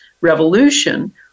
revolution